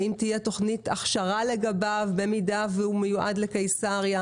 האם תהיה תוכנית הכשרה לגביו במידה והוא מיועד לקיסריה,